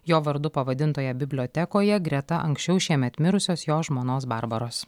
jo vardu pavadintoje bibliotekoje greta anksčiau šiemet mirusios jo žmonos barbaros